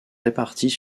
répartis